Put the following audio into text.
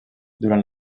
durant